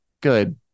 Good